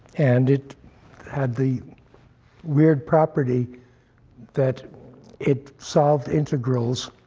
and it had the weird property that it solved integrals.